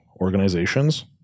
organizations